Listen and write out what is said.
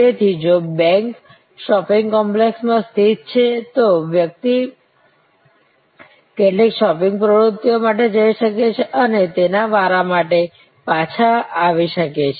તેથી જો bank shopping કોમ્પ્લેક્સમાં સ્થિત છે તો વ્યક્તિ કેટલીક શોપિંગ પ્રવૃત્તિઓ માટે જઈ શકે છે અને તેના વારા માટે પાછા આવી શકે છે